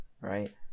right